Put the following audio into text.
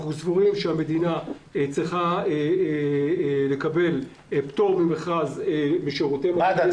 אנחנו סבורים שמד"א צריך לקבל פטור ממכרז כפי